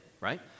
right